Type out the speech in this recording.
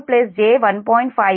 4 j1